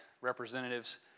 representatives